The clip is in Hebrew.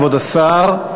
כבוד השר.